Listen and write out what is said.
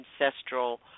ancestral